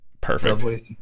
Perfect